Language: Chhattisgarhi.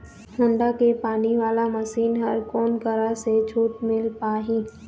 होण्डा के पानी वाला मशीन हर कोन करा से छूट म मिल पाही?